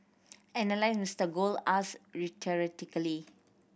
analyst Mister Gold asked rhetorically